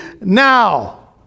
now